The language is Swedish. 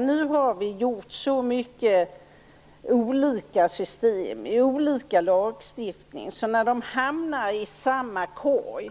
Nu har vi gjort så många olika system i olika lagstiftning att de när de hamnar i samma korg